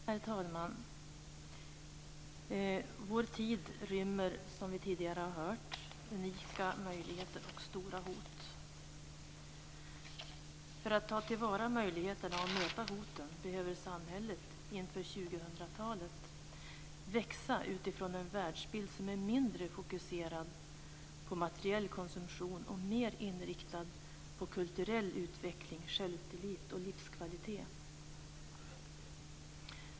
Herr talman! Vår tid rymmer, som vi tidigare har hört, rika möjligheter och stora hot. För att ta till vara möjligheterna och möta hoten behöver samhället inför 2000-talet växa utifrån en världsbild som är mindre fokuserad på materiell konsumtion och mer inriktad på kulturell utveckling, självtillit och livskvalitet.